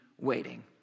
waiting